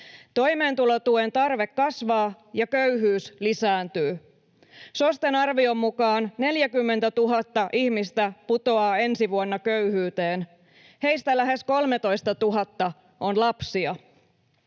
Toimeentulotuen tarve kasvaa, ja köyhyys lisääntyy. SOSTEn arvion mukaan 40 000 ihmistä putoaa ensi vuonna köyhyyteen. Heistä lähes 13 000 on lapsia.